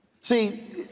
See